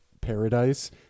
paradise